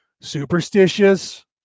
Superstitious